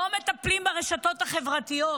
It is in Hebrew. לא מטפלים ברשתות החברתיות.